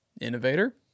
innovator